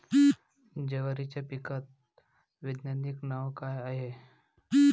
जवारीच्या पिकाचं वैधानिक नाव का हाये?